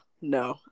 no